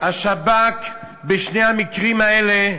השב"כ, בשני המקרים האלה,